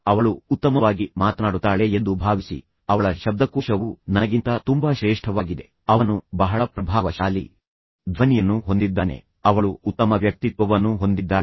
ಅವಳು ಉತ್ತಮವಾಗಿ ಮಾತನಾಡುತ್ತಾಳೆ ಎಂದು ಭಾವಿಸಿ ಅವಳ ಶಬ್ದಕೋಶವು ನನಗಿಂತ ತುಂಬಾ ಶ್ರೇಷ್ಠವಾಗಿದೆ ಅವನು ಬಹಳ ಪ್ರಭಾವಶಾಲಿ ಧ್ವನಿಯನ್ನು ಹೊಂದಿದ್ದಾನೆ ಅವಳು ಉತ್ತಮ ವ್ಯಕ್ತಿತ್ವವನ್ನು ಹೊಂದಿದ್ದಾಳೆ